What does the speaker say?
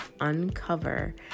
uncover